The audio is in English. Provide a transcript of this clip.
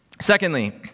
Secondly